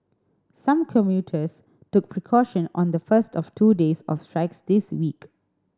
some commuters took precaution on the first of two days of strikes this week